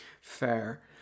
Fair